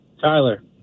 Tyler